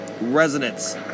resonance